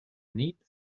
neat